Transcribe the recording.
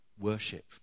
worship